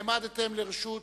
העמדתם לרשות